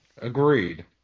Agreed